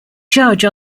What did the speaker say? judge